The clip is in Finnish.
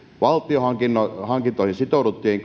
valtion hankinnoissa sitouduttiin